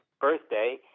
birthday